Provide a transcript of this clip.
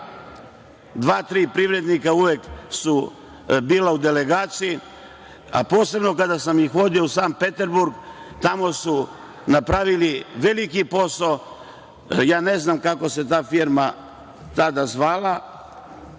Dva, tri privrednika su uvek bila u delegaciji. Posebno, kada sam ih vodio u San Petersburg, tamo su napravili veliki posao. Ne znam kako se ta firma tada zvala,